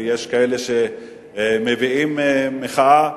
ויש כאלה שמביעים מחאה.